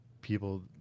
people